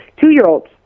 two-year-olds